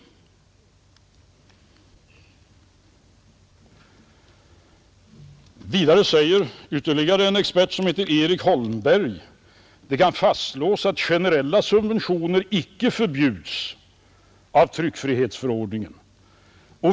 Vidare säger ytterligare en expert, Erik Holmberg: ”Det kan fastslås att generella subventioner inte förbjuds av TF.